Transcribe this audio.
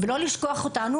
ולא לשכוח אותנו,